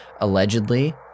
allegedly